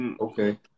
Okay